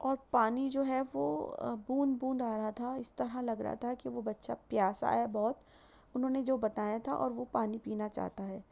اور پانی جو ہے وہ بوند بوند آ رہا تھا اس طرح لگ رہا تھا کہ وہ بچہ پیاسا ہے بہت انہوں نے جو بتایا تھا اور وہ پانی پینا چاہتا ہے